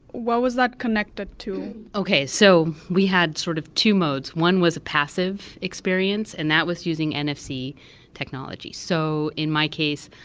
what was that connected to? okay. so we had sort of two modes one was a passive experience, and that was using nfc technology. so in my case,